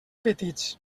petits